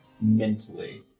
mentally